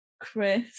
Chris